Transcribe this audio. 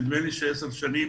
נדמה לי ש-10- שנים